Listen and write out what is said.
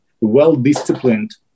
well-disciplined